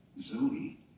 Zoe